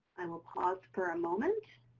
i will pause for a moment.